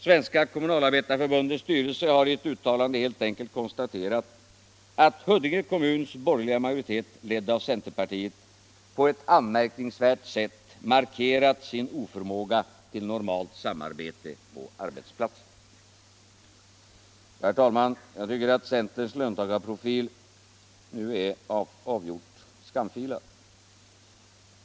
Svenska kommunalarbetareförbundets styrelse har i ett uttalande helt enkelt kontaterat att Huddinge kommuns borgerliga majoritet, ledd av centerpartiet, ”på ett anmärkningsvärt sätt markerat sin oförmåga till normalt samarbete på arbetsplatsen”. Herr talman! Jag tycker att centerns löntagarprofil nu är avgjort skamfilad.